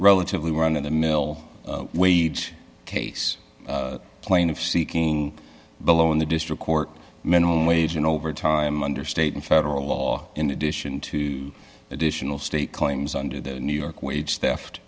relatively run of the mill wage case plaintiff seeking below in the district court minimum wage and over time under state and federal law in addition to additional state claims under the new york wage theft